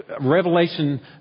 Revelation